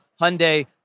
Hyundai